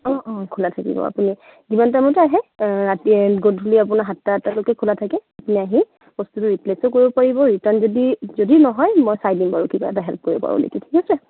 অঁ অঁ খোলা থাকিব আপুনি যিমান টাইমতে আহে ৰাতি গধূলি আপুনি সাতটা আঠটালৈকে খোলা থাকে আপুনি আহি বস্তুটো ৰিপ্লেচো কৰিব পাৰিব ৰিটাৰ্ণ যদি যদি নহয় মই চাই দিম বাৰু কিবা এটা হেল্প কৰিব পাৰোঁ নেকি ঠিক আছে